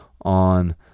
on